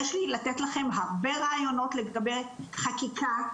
יש לי לתת לכם הרבה רעיונות לגבי חקיקה,